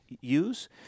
use